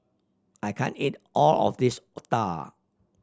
I can't eat all of this otah